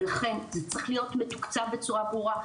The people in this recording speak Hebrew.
ולכן זה צריך להיות מתוקצב בצורה ברורה,